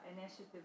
initiative